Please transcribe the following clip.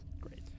Great